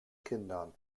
kindern